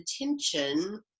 attention